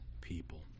people